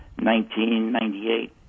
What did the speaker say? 1998